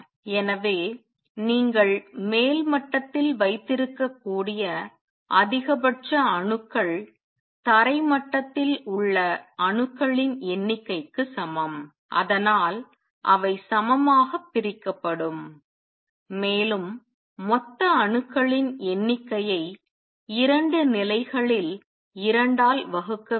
எனவே நீங்கள் மேல் மட்டத்தில் வைத்திருக்கக்கூடிய அதிகபட்ச அணுக்கள் தரை மட்டத்தில் உள்ள அணுக்களின் எண்ணிக்கைக்கு சமம் அதனால் அவை சமமாகப் பிரிக்கப்படும் மேலும் மொத்த அணுக்களின் எண்ணிக்கையை 2 நிலைகளில் 2 ஆல் வகுக்க வேண்டும்